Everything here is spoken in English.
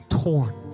torn